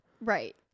right